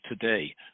today